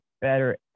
better